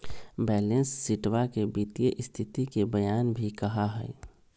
balance शीटवा के वित्तीय स्तिथि के बयान भी कहा हई